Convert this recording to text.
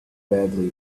readily